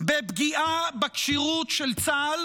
בפגיעה בכשירות של צה"ל,